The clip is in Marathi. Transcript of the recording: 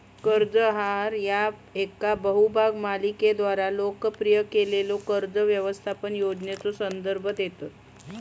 कर्ज आहार ह्या येका बहुभाग मालिकेद्वारा लोकप्रिय केलेल्यो कर्ज व्यवस्थापन योजनेचो संदर्भ देतत